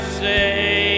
say